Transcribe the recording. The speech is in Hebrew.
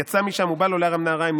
יצא משם ובא לו לארם נהריים,